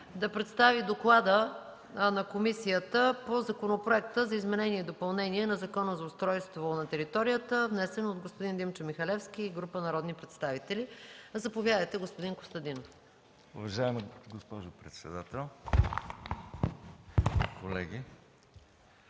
да представи доклада на комисията по Законопроекта за изменение и допълнение на Закона за устройство на територията, внесен от Димчо Михалевски и група народни представители. Заповядайте, господин Костадинов. ДОКЛАДЧИК ЕМИЛ КОСТАДИНОВ: Уважаема госпожо председател, колеги!